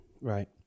right